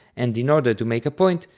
and in order to make a point,